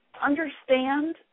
understand